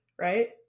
right